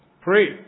Pray